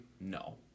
No